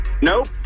Nope